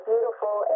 Beautiful